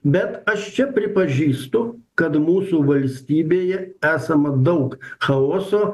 bet aš čia pripažįstu kad mūsų valstybėje esama daug chaoso